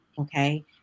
okay